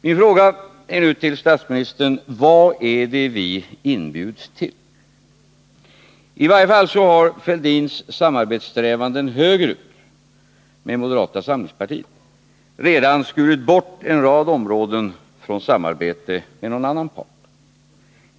Min fråga är nu till statsministern: Vad är det vi inbjuds till? I varje fall har Thorbjörn Fälldins samarbetssträvanden höger ut med moderata samlingspartiet redan skurit bort en rad områden från samarbete med någon annan part.